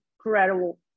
incredible